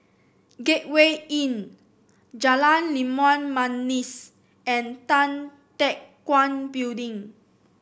Gateway Inn Jalan Limau Manis and Tan Teck Guan Building